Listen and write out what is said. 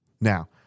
Now